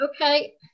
Okay